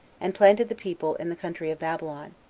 and planted the people in the country of babylon,